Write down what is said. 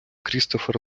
крістофер